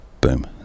boom